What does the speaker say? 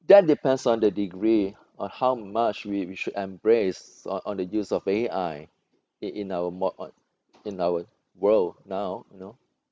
that depends on the degree on how much we we should embrace on on the use of A_I in in our mo~ on in our world now you know